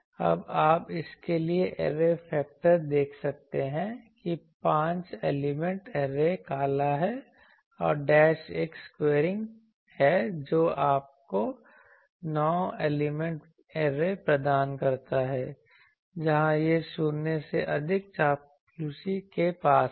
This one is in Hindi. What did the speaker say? अब आप इसके लिए ऐरे फेक्टर देख सकते हैं कि पांच एलिमेंट ऐरे काला है और डैश एक स्क्वायरिंग है जो आपको नौ एलिमेंट ऐरे प्रदान करता है जहां यह शून्य से अधिक चापलूसी के पास है